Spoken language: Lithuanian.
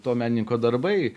to menininko darbai